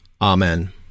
Amen